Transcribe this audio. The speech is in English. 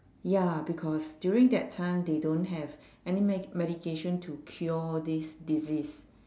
ya because during that time they don't have any med~ medication to cure this disease